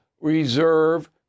reserve